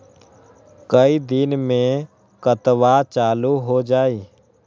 कई दिन मे खतबा चालु हो जाई?